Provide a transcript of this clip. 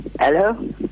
Hello